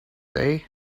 day